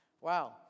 Wow